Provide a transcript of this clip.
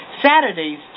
Saturdays